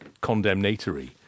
condemnatory